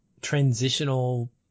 transitional